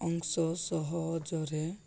ଅଂଶ ସହଜରେ